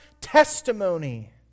testimony